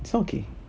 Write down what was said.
this [one] okay